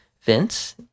Vince